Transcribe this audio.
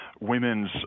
women's